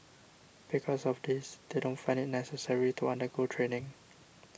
because of this they don't find it necessary to undergo training